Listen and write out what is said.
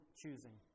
choosing